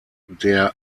der